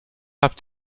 have